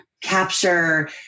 capture